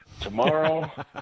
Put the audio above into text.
tomorrow